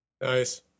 Nice